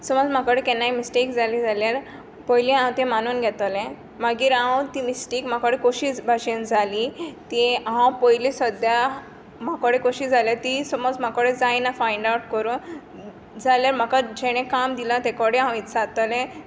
सोमोज म्हाकोडे केन्नाय मिसटेक जाली जाल्यार पोयलीं हांव तें मानून घेतोलें मागीर हांव ती मिस्टेक म्हाकोडे कोशी भाशेन जाली ती हांव पोयली सद्द्या म्हाकोडे कोशी जाल्या ती सोमोज म्होकोडे जायना फायंड आवट करूं जाल्या म्हाका जेणें काम दिलां तेकोडे हांव विचात्तोलें